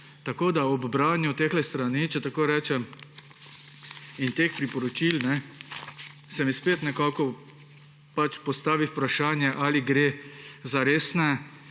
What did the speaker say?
Tako ob branju teh strani, če takole rečem, in teh priporočil se mi spet nekako postavi vprašanje, ali gre za resne